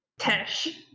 Tesh